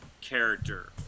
character